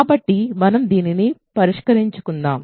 కాబట్టి మనం దీనిని పరిష్కరించుకుందాం